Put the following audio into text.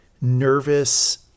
nervous